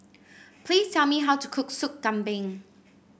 please tell me how to cook Soup Kambing